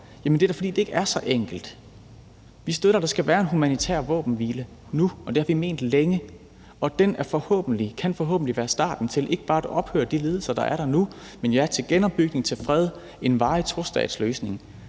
Jamen det er da, fordi det ikke er så enkelt. Vi støtter, at der skal være en humanitær våbenhvile nu, og det har vi ment længe. Og den kan forhåbentlig være starten på ikke bare et ophør af de lidelser, der er der nu, men også på genopbygning, fred og en varig tostatsløsning.